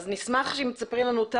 נשמח אם תספרי לנו,